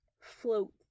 float